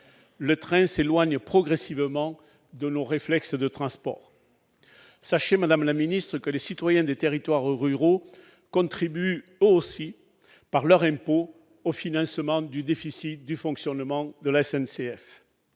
Le train s'éloigne progressivement de nos réflexes en matière de transport. Sachez, madame la ministre, que les citoyens des territoires ruraux contribuent eux aussi, par leurs impôts, au financement du déficit de la SNCF.